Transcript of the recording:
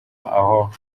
aho